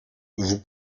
vous